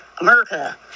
America